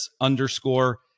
underscore